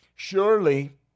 Surely